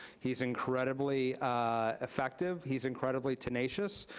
he's incredibly ah effective. he's incredibly tenacious.